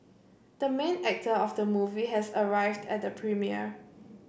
the main actor of the movie has arrived at the premiere